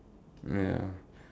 ya